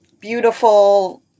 Beautiful